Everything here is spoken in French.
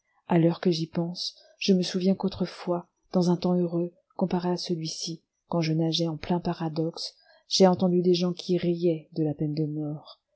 à présent que j'y pense je me souviens qu'autrefois dans un temps heureux comparé à celui-ci quand je nageais en plein paradoxe j'ai entendu des gens qui riaient de la peine de mort